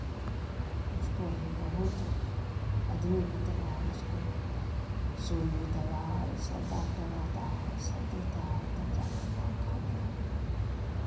उसको भी बहुत आदमी की तरह उसको सुई दवाई सब डाक्टर आता है सब देता है तब जाकर पाल खाते हैं